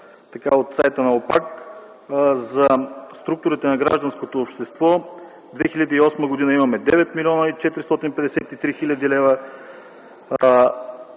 от сайта на ОПАК, за структурите на гражданското общество. 2008 г. имаме 9 млн. 453 хил. лв.,